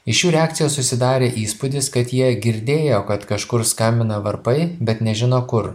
iš jų reakcijos susidarė įspūdis kad jie girdėjo kad kažkur skambina varpai bet nežino kur